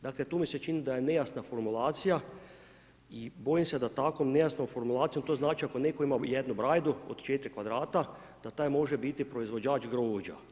Dakle, tu mi se čini da je nejasna formulacija i bojima se da takve nejasne formulacije, to znači ako netko ima jednu brajdu od 4 kvadrata, da taj može biti proizvođač grožđa.